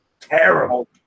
terrible